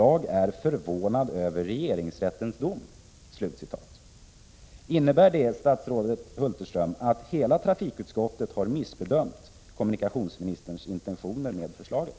Jag är förvånad över regeringsrättens dom.” Innebär det, statsrådet Hulterström, att hela trafikutskottet har missbedömt kommunikationsministerns intentioner med förslaget?